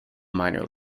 minor